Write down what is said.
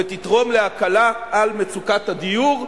ותתרום להקלה על מצוקת הדיור.